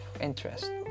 interest